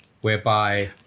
whereby